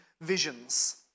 visions